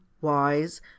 wise